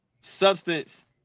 substance